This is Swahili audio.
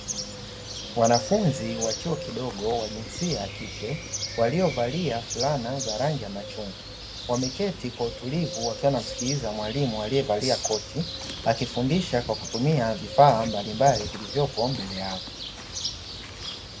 Wanafunzi wa chuo kidogo wa jinsia ya kike, waliovalia fulana za rangi ya machungwa, wameketi kwa utulivu wakiwa wanamsikiliza mwalimu aliyevalia koti, akifundisha kwa kutumia vifaa mbalimbali vilivyopo mbele yao .